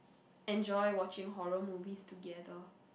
enjoy watching horror movies together